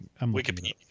Wikipedia